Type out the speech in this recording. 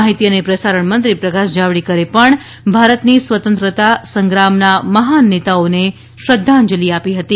માહિતી અને પ્રસારણમંત્રી પ્રકાશ જાવડેકરે પણ ભારતની સ્વતંત્રતા સંગ્રામના મહાન નેતા ઓને શ્રદ્ધાંજલિ આપી હતી